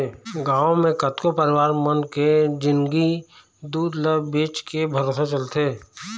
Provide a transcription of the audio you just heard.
गांव म कतको परिवार मन के जिंनगी दूद ल बेचके भरोसा चलथे